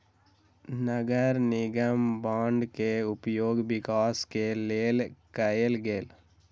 नगर निगम बांड के उपयोग विकास के लेल कएल गेल